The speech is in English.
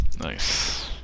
Nice